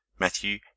Matthew